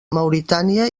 mauritània